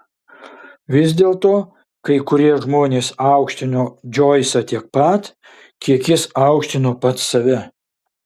vis dėlto kai kurie žmonės aukštino džoisą tiek pat kiek jis aukštino pats save